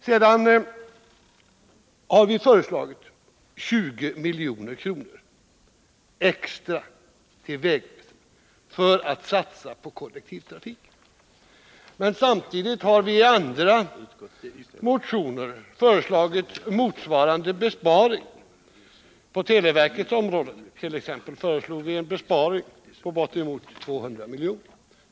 Vi har föreslagit 20 milj.kr. extra till vägväsendet för satsningar på kollektivtrafiken. Men samtidigt har vi i andra motioner föreslagit motsvarande besparingar. T. ex. på televerkets område föreslår vi en besparing på bortåt 200 milj.kr.